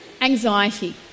Anxiety